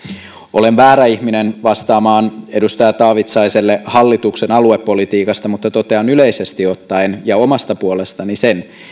olen väärä ihminen vastaamaan edustaja taavitsaiselle hallituksen aluepolitiikasta mutta totean yleisesti ottaen ja omasta puolestani sen